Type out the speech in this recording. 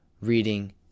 reading